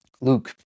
Luke